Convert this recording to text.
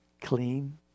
clean